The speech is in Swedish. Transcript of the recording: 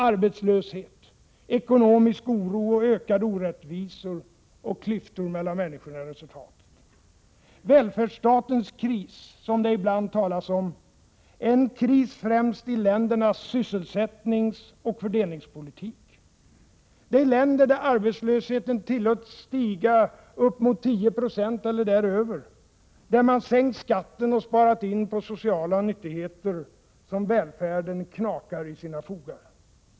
Arbetslöshet, ekonomisk oro och ökade orättvisor och klyftor mellan människor är resultatet. Välfärdsstatens kris — som det ibland talas om —är en kris främst i ländernas sysselsättningsoch fördelningspolitik. Det är i länder där arbetslösheten tillåtits stiga upp mot 10 26 eller däröver, där man sänkt skatten och sparat in på sociala nyttigheter, som välfärden knakar i sina fogar.